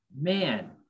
man